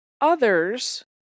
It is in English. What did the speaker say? Others